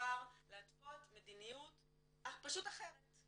מהשר להתוות מדיניות פשוט אחרת.